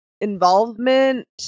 involvement